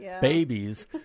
babies